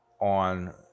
on